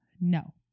No